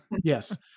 Yes